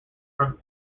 from